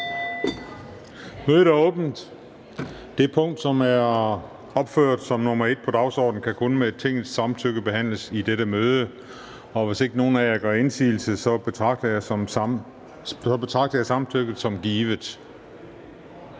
(Christian Juhl): Det punkt, som er opført som nr. 1 på dagsordenen, kan kun med Tingets samtykke behandles i dette møde. Hvis ikke nogen af jer gør indsigelse, betragter jeg samtykket som givet.